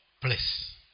place